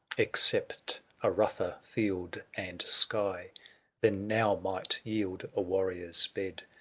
except a rougher field and sky than now might yield a warrior's bed,